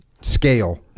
scale